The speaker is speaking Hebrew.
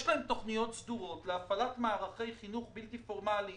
להם תכניות סדורות להפעלת מערכי חינוך בלתי פורמליים